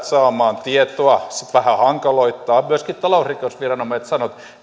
saamaan tietoa se vain vähän hankaloittaa myöskin talousrikosviranomaiset sanoivat että